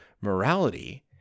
morality